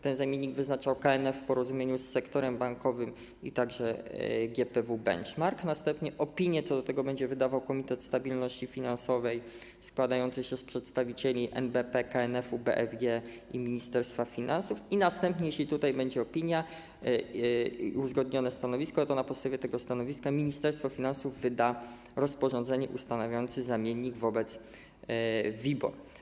Ten zamiennik będzie wyznaczał KNF w porozumieniu z sektorem bankowym i GPW Benchmark, następnie opinię co do tego będzie wydawał Komitet Stabilności Finansowej składający się z przedstawicieli NBP, KNF, BFG i Ministerstwa Finansów i następnie, jeśli będzie opinia, uzgodnione stanowisko, na podstawie tego stanowiska Ministerstwo Finansów wyda rozporządzenie ustanawiające zamiennik wobec WIBOR.